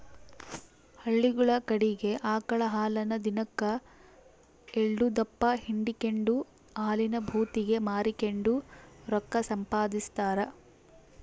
ಹಳ್ಳಿಗುಳ ಕಡಿಗೆ ಆಕಳ ಹಾಲನ್ನ ದಿನಕ್ ಎಲ್ಡುದಪ್ಪ ಹಿಂಡಿಕೆಂಡು ಹಾಲಿನ ಭೂತಿಗೆ ಮಾರಿಕೆಂಡು ರೊಕ್ಕ ಸಂಪಾದಿಸ್ತಾರ